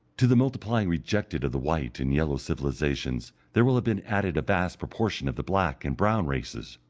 to the multiplying rejected of the white and yellow civilizations there will have been added a vast proportion of the black and brown races,